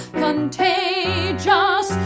contagious